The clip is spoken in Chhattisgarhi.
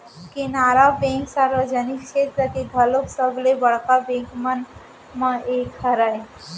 केनरा बेंक सार्वजनिक छेत्र के घलोक सबले बड़का बेंक मन म एक हरय